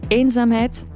eenzaamheid